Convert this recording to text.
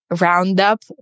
Roundup